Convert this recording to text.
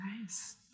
Nice